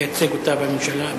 המייצג אותה בממשלה,